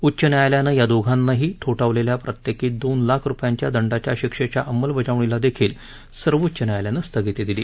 उच्च न्यायालयानं या दोघांनाही ठोठावलेल्या प्रत्येकी दोन लाख रुपयांच्या दंडाच्या शिक्षेच्या अंमलबजावणीदेखील सर्वोच्च न्यायालयानं स्थगिती दिली